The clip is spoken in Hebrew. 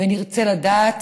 ונרצה לדעת